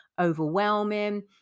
overwhelming